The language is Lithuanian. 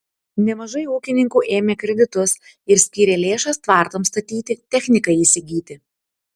nemažai ūkininkų ėmė kreditus ir skyrė lėšas tvartams statyti technikai įsigyti